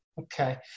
Okay